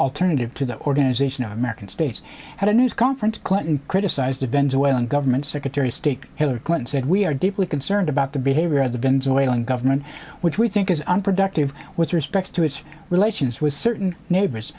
alternative to the organization of american states at a news conference clinton criticized events when government secretary of state hillary clinton said we are deeply concerned about the behavior of the venezuelan government which we think is unproductive with respect to its relations with certain neighbors